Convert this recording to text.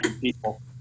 people